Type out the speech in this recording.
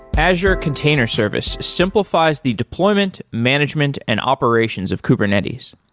azure container service simplifies the deployment, management and operations of kubernetes.